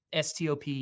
STOP